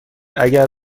اگر